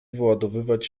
wyładowywać